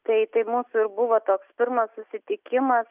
tai tai mūsų ir buvo toks pirmas susitikimas